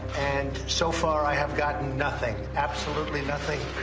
and so far, i have gotten nothing, absolutely nothing.